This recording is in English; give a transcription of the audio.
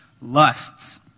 lusts